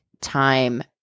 time